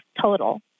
total